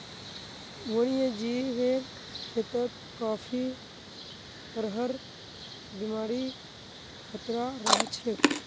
वन्यजीवेर खेतत काफी तरहर बीमारिर खतरा रह छेक